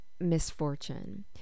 misfortune